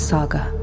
Saga